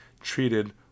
treated